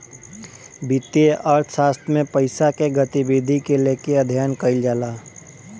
वित्तीय अर्थशास्त्र में पईसा के गतिविधि के लेके अध्ययन कईल जाला